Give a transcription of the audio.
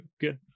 Good